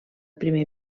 primer